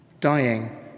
Dying